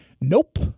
Nope